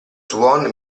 swan